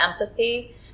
empathy